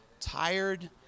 tired